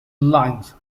lines